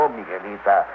Miguelita